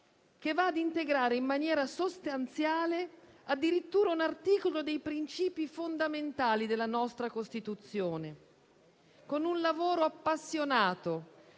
che va a integrare in maniera sostanziale addirittura un articolo dei principi fondamentali della nostra Costituzione, con un lavoro appassionato,